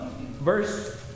Verse